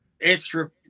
extra